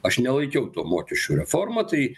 aš nelaikiau to mokesčių reforma tai